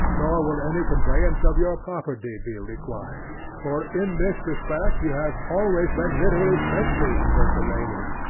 nor will any conveyance of your property be required, for, in this respect, you have always been literally bentley's miscellany,